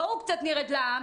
בואו נרד לעם.